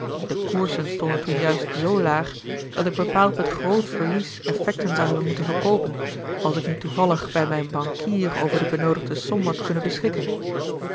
de koersen stonden toen juist zoo laag dat ik bepaald met groot verlies effecten zou hebben moeten verkoopen als ik niet toevallig bij mijn bankier over de benoodigde som had kunnen beschikken